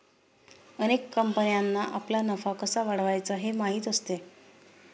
अनेक कंपन्यांना आपला नफा कसा वाढवायचा हे माहीत असते